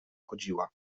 chodziła